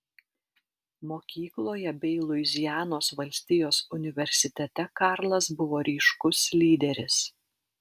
mokykloje bei luizianos valstijos universitete karlas buvo ryškus lyderis